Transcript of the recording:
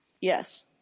Yes